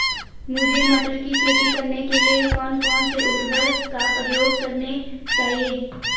मुझे मटर की खेती करने के लिए कौन कौन से उर्वरक का प्रयोग करने चाहिए?